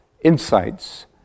insights